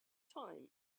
time